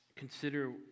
consider